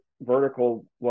vertical